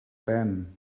ben